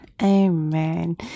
Amen